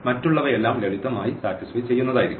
മറ്റുള്ളവയെല്ലാം ലളിതമായി സാറ്റിസ്ഫൈ ചെയ്യുന്നതായിരിക്കും